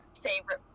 favorite